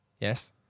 Yes